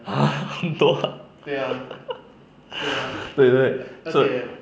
!hais! 很多 ah 对对 so